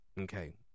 Okay